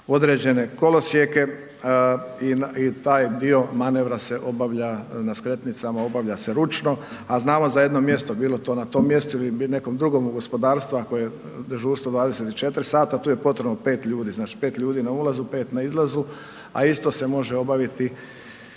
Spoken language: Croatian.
određene kolosijeke i taj dio manevra se obavlja na skretnicama, obavlja se ručno, a znamo za jedno mjesto, bilo to na tom mjestu ili nekom drugom gospodarstva koje je dežurstvo 24 sata, tu je potrebno 5 ljudi. Znači 5 ljudi na ulazu, 5 na izlazu, a isto se može obaviti